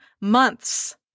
months